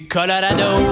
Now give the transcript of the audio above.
Colorado